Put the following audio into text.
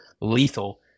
lethal